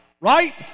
Right